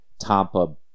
Tampa